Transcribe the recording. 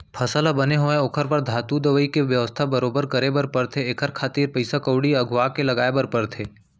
फसल ह बने होवय ओखर बर धातु, दवई के बेवस्था बरोबर करे बर परथे एखर खातिर पइसा कउड़ी अघुवाके लगाय बर परथे